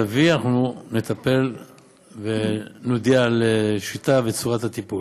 תביאי ואנחנו נטפל ונודיע על השיטה וצורת הטיפול.